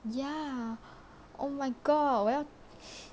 ya oh my god 我要